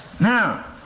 Now